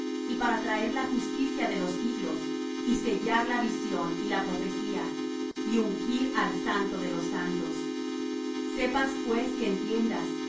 y para traer la justicia de los siglos y sellar la visión y la profecía y ungir al santo de los santos sepas pues y entiendas